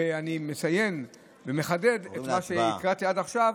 ואני מציין ומחדד את מה שהקראתי עד עכשיו,